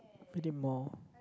we need more